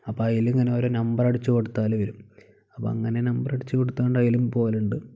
അപ്പം അതിൽ ഇങ്ങനെ ഓരോ നമ്പർ അടിച്ചു കൊടുത്താൽ വരും അപ്പം അങ്ങനെ നമ്പർ അടിച്ചു കൊടുത്തു കൊണ്ട് അതിലും പോവലുണ്ട്